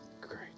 Great